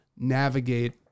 navigate